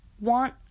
want